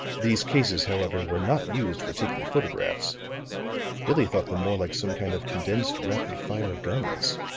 these cases, however, were not used for taking photographs billie thought them more like some kind of condensed rapid-fire guns.